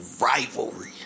rivalry